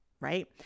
right